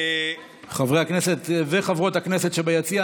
חברי הכנסת וחברות הכנסת ביציע,